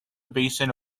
basins